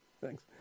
Thanks